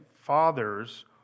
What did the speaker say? fathers